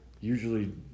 usually